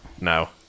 No